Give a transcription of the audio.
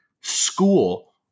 school